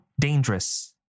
dangerous